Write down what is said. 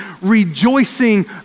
rejoicing